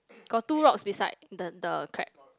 got two rocks beside the the crab